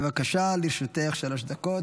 בבקשה, לרשותך שלוש דקות.